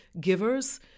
givers